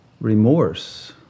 remorse